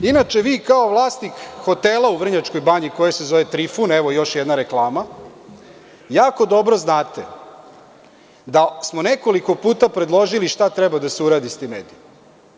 Inače, vi kao vlasnik hotela u Vrnjačkoj banji, koji se zove „Trifun“, evo još jedna reklama, jako dobro znate da smo nekoliko puta predložili šta treba da se uradi sa tim medijima.